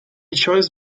chose